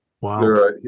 wow